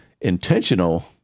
intentional